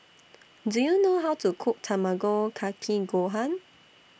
Do YOU know How to Cook Tamago Kake Gohan